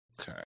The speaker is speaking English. Okay